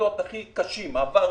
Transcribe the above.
בעתות הקשים ביותר,